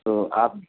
تو آپ